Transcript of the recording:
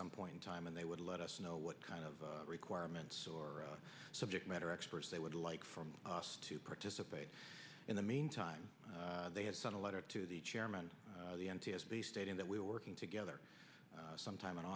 some point in time and they would let us know what kind of requirements or subject matter experts they would like for us to participate in the meantime they had sent a letter to the chairman of the n t s b stating that we are working together sometime in